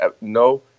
no